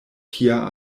tia